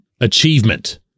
achievement